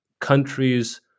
countries